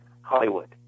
Hollywood